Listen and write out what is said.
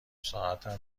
ساعتم